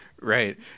right